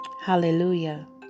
Hallelujah